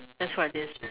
that's why it is